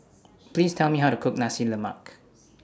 Please Tell Me How to Cook Nasi Lemak